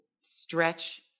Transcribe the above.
stretch